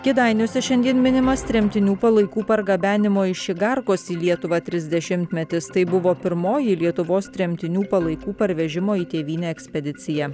kėdainiuose šiandien minimas tremtinių palaikų pargabenimo iš igarkos į lietuvą trisdešimtmetis tai buvo pirmoji lietuvos tremtinių palaikų parvežimo į tėvynę ekspedicija